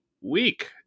week